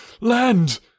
Land